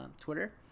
Twitter